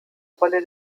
rolle